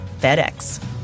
FedEx